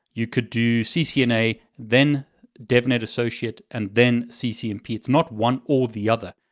you could do ccna, then devnet associate, and then ccnp. it's not one or the other.